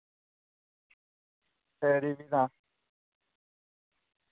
खरी फ्ही तां